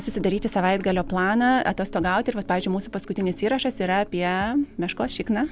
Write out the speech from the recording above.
susidaryti savaitgalio planą atostogauti ir vat pavyzdžiui mūsų paskutinis įrašas yra apie meškos šikną